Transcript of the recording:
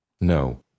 No